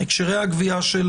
הקשרי הקביעה של